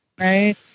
right